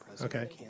Okay